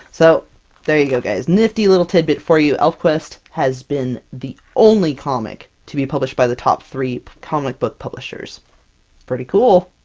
so there you go guys, nifty little tidbit for you! elfquest has been the only comic to be published by the top three comic book publishers! it's pretty cool!